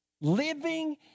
Living